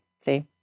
see